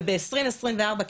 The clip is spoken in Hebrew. וב-2024,